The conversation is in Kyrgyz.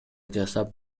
жасап